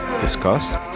discuss